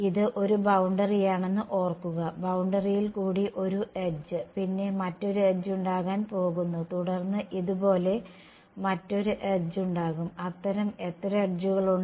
ഇത് ഒരു ബൌണ്ടറിയാണെന്ന് ഓർക്കുക ബൌണ്ടറിയിൽ കൂടി ഒരു എഡ്ജ് പിന്നെ മറ്റൊരു എഡ്ജുണ്ടാകാൻ പോകുന്നു തുടർന്ന് ഇതുപോലെ മറ്റൊരു എഡ്ജുണ്ടാകും അത്തരം എത്ര എഡ്ജുകൾ ഉണ്ട്